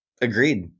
Agreed